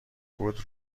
بود